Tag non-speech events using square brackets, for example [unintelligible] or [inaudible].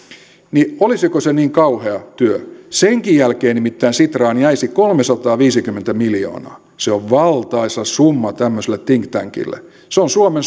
niin olisiko se niin kauhea työ senkin jälkeen nimittäin sitraan jäisi kolmesataaviisikymmentä miljoonaa se on valtaisa summa tämmöiselle think tankille se on suomen [unintelligible]